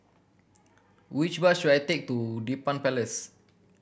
which bus should I take to Dedap Place